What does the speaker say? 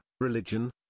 religion